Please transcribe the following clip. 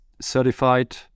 certified